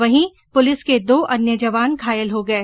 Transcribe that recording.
वहीं पुलिस के दो अन्य जवान घायल हो गए